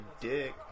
dick